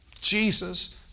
Jesus